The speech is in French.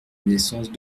naissance